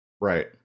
right